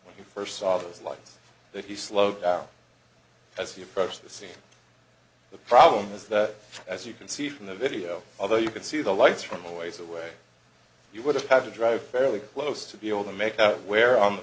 when he first saw those lights that he slowed down as he approached the scene the problem is that as you can see from the video although you can see the lights from a ways away you would have to drive fairly close to be able to make out where on the